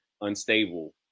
unstable